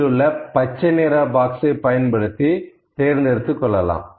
இதிலுள்ள பச்சை நிற பாக்ஸ்ஐ பயன்படுத்தி தேர்ந்தெடுத்துக் கொள்ளலாம்